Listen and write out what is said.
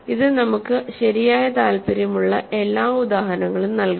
ഇത് നമുക്ക് ശരിയായ താൽപ്പര്യമുള്ള എല്ലാ ഉദാഹരണങ്ങളും നൽകുന്നു